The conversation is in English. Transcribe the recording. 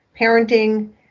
parenting